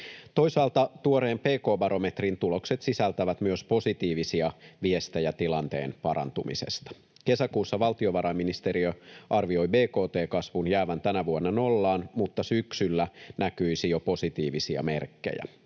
Toisaalta tuoreen pk-barometrin tulokset sisältävät myös positiivisia viestejä tilanteen parantumisesta. Kesäkuussa valtiovarainministeriö arvioi bkt-kasvun jäävän tänä vuonna nollaan, mutta syksyllä näkyisi jo positiivisia merkkejä.